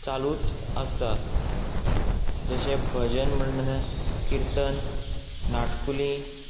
चालूत आसता जशें भजन म्हण्णता तें किर्तन नाटकुली